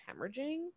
hemorrhaging